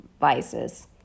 vices